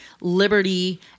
liberty –